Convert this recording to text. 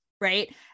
right